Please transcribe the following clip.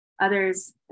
others